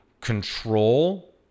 control